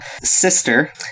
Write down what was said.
sister